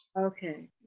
okay